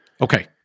Okay